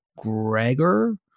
Gregor